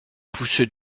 poussait